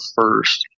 first